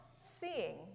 seeing